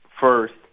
first